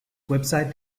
website